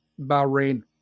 Bahrain